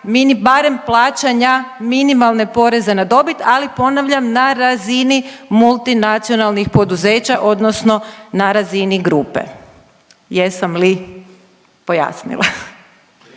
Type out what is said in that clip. barem plaćanja minimalne poreza na dobit, ali ponavljam, na razini multinacionalnih poduzeća odnosno na razini grupe. Jesam li pojasnila?